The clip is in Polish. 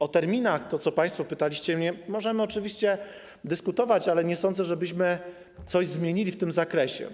O terminach, bo o to państwo pytaliście, możemy oczywiście dyskutować, ale nie sądzę,1 żebyśmy coś zmienili w tym zakresie.